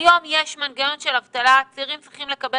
היום יש מנגנון של אבטלה והצעירים צריכים לקבל